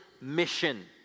mission